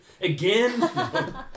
Again